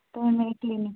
तुआनूं कलिनिक आई जाएओ